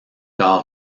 car